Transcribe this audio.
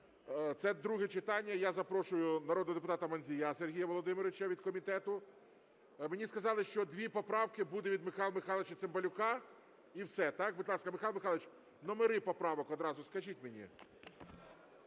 Це друге читання. Я запрошую народного депутата Мандзія Сергія Володимировича від комітету. Мені сказали, що дві поправки буде від Михайла Михайловича Цимбалюк - і все, так? Будь ласка, Михайло Михайлович, номери поправок одразу скажіть мені.